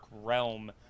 realm